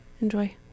Enjoy